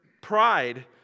pride